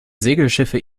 segelschiffe